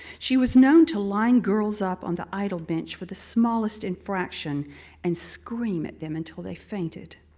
she was known to line girls up on the idle bench for the smallest infraction and scream at them until they fainted.